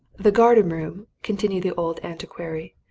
the garden-room, continued the old antiquary,